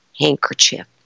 handkerchief